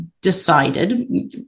decided